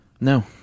No